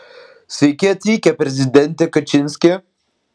sveiki atvykę prezidente kačinski